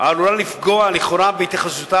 העלולה לפגוע לכאורה בהתייחסותה